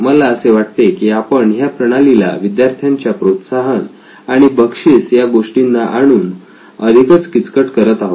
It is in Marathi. मला असे वाटते की आपण ह्या प्रणालीला विद्यार्थ्यांच्या प्रोत्साहन आणि बक्षीस या गोष्टींना आणून अधिकच किचकट करत आहोत